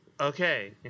Okay